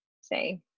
say